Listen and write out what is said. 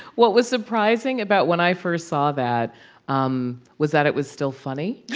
what was surprising about when i first saw that um was that it was still funny.